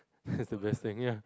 that's the best thing ya